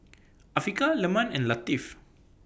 Afiqah Leman and Latif